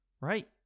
Right